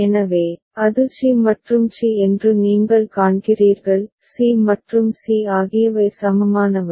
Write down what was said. எனவே அது சி மற்றும் சி என்று நீங்கள் காண்கிறீர்கள் c மற்றும் c ஆகியவை சமமானவை